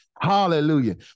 Hallelujah